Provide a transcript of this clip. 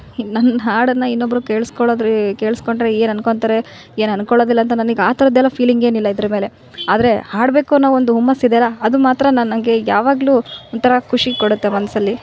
ಇನ್ನು ನನ್ನ ಹಾಡನ್ನು ಇನ್ನೊಬ್ಬರು ಕೇಳಿಸ್ಕೊಳೋದ್ರೆ ಕೇಳಿಸ್ಕೊಂಡ್ರೆ ಏನು ಅನ್ಕೊತಾರೆ ಏನು ಅನ್ಕೊಳೋದಿಲ್ಲ ಅಂತ ನನಗ್ ಆ ಥರದ್ದೆಲ್ಲ ಫೀಲಿಂಗ್ ಏನಿಲ್ಲ ಇದ್ರ ಮೇಲೆ ಆದರೆ ಹಾಡಬೇಕು ಅನ್ನೋ ಒಂದು ಹುಮ್ಮಸ್ಸು ಇದೆಯಲ್ಲಾ ಅದು ಮಾತ್ರ ನನಗೆ ಯಾವಾಗಲೂ ಒಂಥರ ಖುಷಿ ಕೊಡುತ್ತೆ ಒಂದು ಸಲ